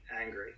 angry